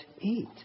eat